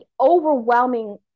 overwhelming